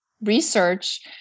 research